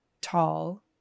tall